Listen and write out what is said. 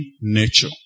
nature